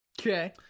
Okay